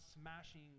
smashing